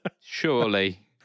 Surely